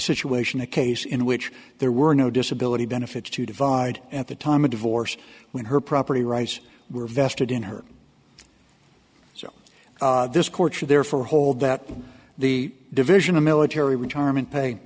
situation a case in which there were no disability benefits to divide at the time of divorce when her property rights were vested in her this court should therefore hold that the division of military retirement pa